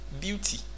beauty